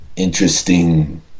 interesting